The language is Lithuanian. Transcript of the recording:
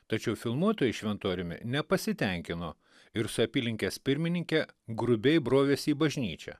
tačiau filmuotojai šventoriumi nepasitenkino ir su apylinkės pirmininke grubiai brovėsi į bažnyčią